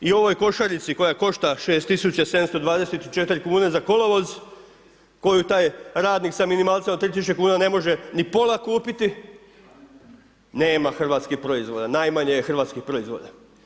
I u ovoj košarici koja košta 6724 kune za kolovoz, koju taj radnik sa minimalcem od 3000 kuna ne može ni pola kupiti, nema hrvatskih proizvoda, najmanje je hrvatskih proizvoda.